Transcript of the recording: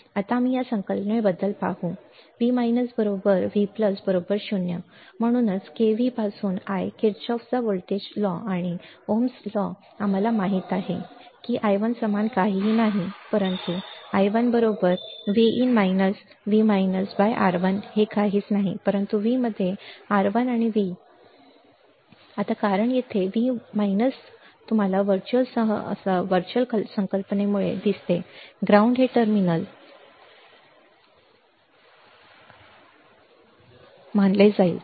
आता आम्ही या संकल्पनेबद्दल आत्ता पाहू V V 0 म्हणूनच K V पासून l किरचॉफचा व्होल्टेज कायदा आणि ओहम्स कायदा आम्हाला माहित आहे की i1 समान काहीही नाही परंतु i1 Vin - V R1 हे काहीच नाही परंतु V मध्ये R 1 V आता कारण येथे V वजा तुम्हाला वर्चुअल सह संकल्पनेमुळे दिसते ग्राउंड हे टर्मिनल ग्राउंड बरोबर मानले जाईल